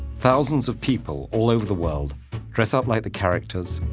thousands of people all over the world dress up like the characters,